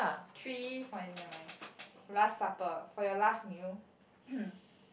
three point never mind last supper for your last meal